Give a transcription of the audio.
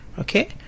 okay